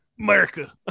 America